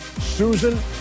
Susan